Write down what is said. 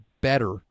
better